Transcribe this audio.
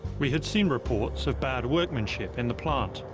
we had seen reports of bad workmanship in the plant.